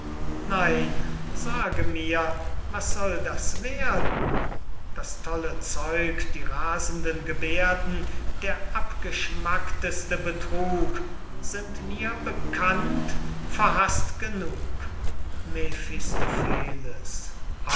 nein sage mir was soll das werden das tolle zeug die rasenden geberden der abgeschmackteste betrug sind mir bekannt verhaßt genug